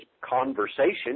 conversation